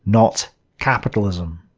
not capitalism.